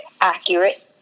accurate